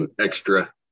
extra